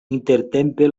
intertempe